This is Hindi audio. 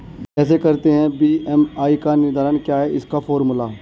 कैसे करते हैं बी.एम.आई का निर्धारण क्या है इसका फॉर्मूला?